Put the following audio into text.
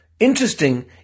Interesting